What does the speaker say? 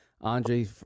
Andre